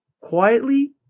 quietly